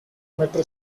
metro